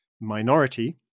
minority